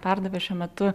perdavė šiuo metu